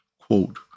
Quote